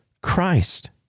Christ